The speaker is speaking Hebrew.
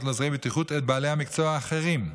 לעוזרי בטיחות את בעלי המקצוע האחרים,